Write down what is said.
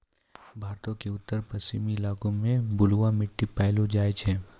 भारतो के उत्तर पश्चिम इलाका मे बलुआ मट्टी पायलो जाय छै